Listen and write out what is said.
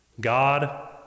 God